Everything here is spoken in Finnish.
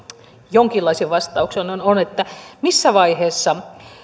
jonkinlaisen vastauksen on on että missä vaiheessa